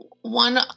One